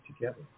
together